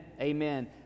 Amen